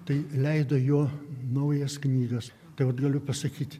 tai leido jo naujas knygas tai vat galiu pasakyt